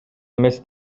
эмес